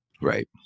Right